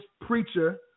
preacher